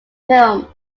film